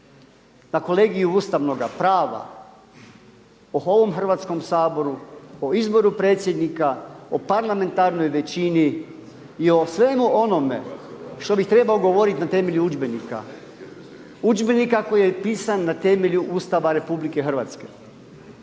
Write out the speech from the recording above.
na kolegiju ustavnoga prava o ovom Hrvatskom saboru, o izboru predsjednika, o parlamentarnoj većini i o svemu onome što bi trebao govoriti na temelju udžbenika. Udžbenika koji je pisan na temelju Ustava RH. Ali ovo